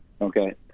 Okay